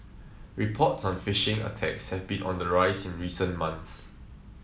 reports on phishing attacks have been on the rise in recent months